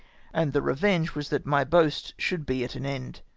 and the revenge was that my boast should be at an end.